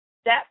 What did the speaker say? Step